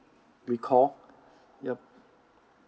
recall yup